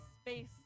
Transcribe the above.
space